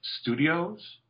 Studios